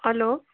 hello